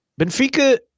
Benfica